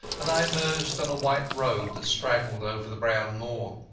and i emerged on a white road that straggled over the brown moor.